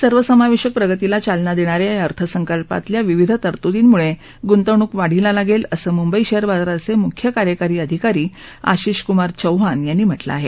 सर्वसमावेशक प्रगतीला चालना देणा या या अर्थसंकल्पातल्या विविध तरतुदींमुळे गुंतवणूक वाढीला लागेल असं मुंबई शेअर बाजाराचे मुख्य कार्यकारी अधिकारी आशिष कुमार चौहान यांनी म्हटलं आहे